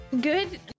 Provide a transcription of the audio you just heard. Good